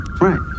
right